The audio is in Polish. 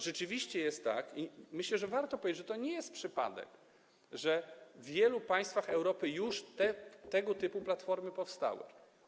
Rzeczywiście jest tak - i myślę, że warto powiedzieć, że to nie jest przypadek - że w wielu państwach Europy tego typu platformy już powstały.